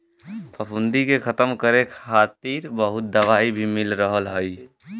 फफूंदी के खतम करे बदे बहुत दवाई भी मिल रहल हई